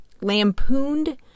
lampooned